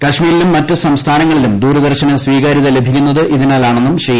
കശ്മീരിലും മറ്റ് സംസ്ഥാനങ്ങളിലും ദൂരദർശന് സ്വീകാര്യത ലഭിക്കുന്നത് ഇതിനാൽ ആണെന്നും ശ്രീ